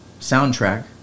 soundtrack